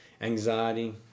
anxiety